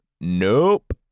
Nope